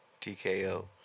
TKO